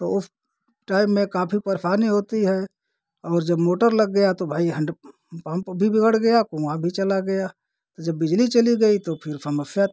तो उस टाइम में काफी परेशानी होती है और जब मोटर लग गया तो भई हेंड पंप भी बिगड़ गया कुआँ भी चला गया तो जब बिजली चली गई तो फिर समस्या